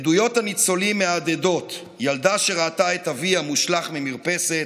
עדויות הניצולים מהדהדות: ילדה שראתה את אביה מושלך ממרפסת,